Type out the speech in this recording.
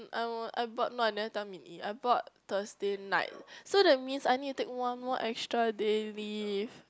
I want I bought but I never tell Minyi I bought Thursday night so that means I need to take one more extra day leave